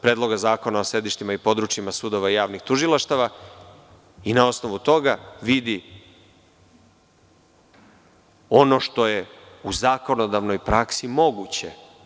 Predloga zakona o sedištima i područjima sudova i javnih tužilaštava i na osnovu toga vidi ono što je u zakonodavnoj praksi moguće.